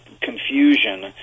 confusion